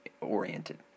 oriented